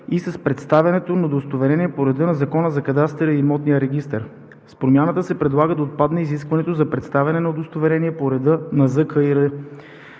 и с представянето на удостоверение по реда на Закона за кадастъра и имотния регистър. С промяната се предлага да отпадне изискването за представяне на удостоверението по реда на